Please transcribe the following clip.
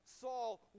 Saul